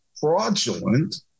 fraudulent